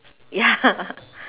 ya